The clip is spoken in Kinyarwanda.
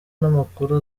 n’amakuru